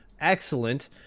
Excellent